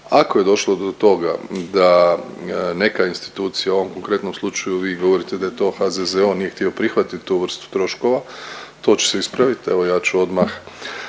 Ako je došlo do toga da neka institucija, u ovom konkretnom slučaju vi govorite da je to HZZO nije htio prihvatiti tu vrstu troškova to će se ispraviti. Evo ja ću odmah